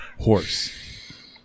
horse